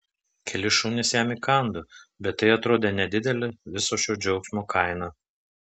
keli šunys jam įkando bet tai atrodė nedidelė viso šio džiaugsmo kaina